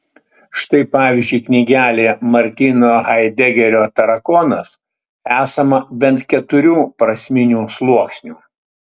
štai pavyzdžiui knygelėje martino haidegerio tarakonas esama bent keturių prasminių sluoksnių